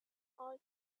all